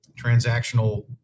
transactional